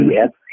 yes